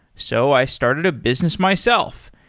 so, i started a business myself,